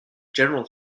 general